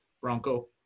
Bronco